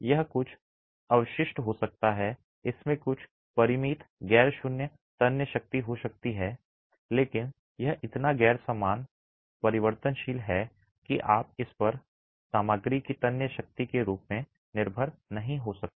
यह कुछ अवशिष्ट हो सकता है इसमें कुछ परिमित गैर शून्य तन्य शक्ति हो सकती है लेकिन यह इतना गैर समान परिवर्तनशील है कि आप इस पर सामग्री की तन्य शक्ति के रूप में निर्भर नहीं हो सकते